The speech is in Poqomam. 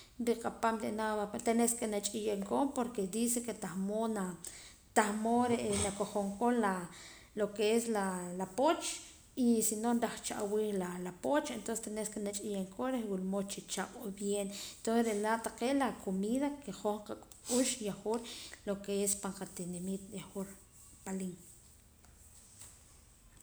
Rikapaam rinaam tenes que na ch'eyeen koon porque dice que tah mood na tah mood re' na qojon koon lo que es la la pooch y si no raja chi awih la pooch entonces tenes que na ch'eyeen koon reh wula mood chi chaq'wa bien entonces laa' taqee' la comida que hoj qak'ux yahwur lo que es pan qatinimiit yahwur palín.